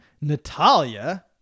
Natalia